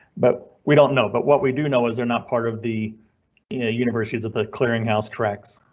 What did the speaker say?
but we don't know. but what we do know is they're not part of the you know universities of the clearinghouse corrects.